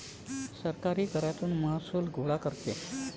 सरकारही करातून महसूल गोळा करते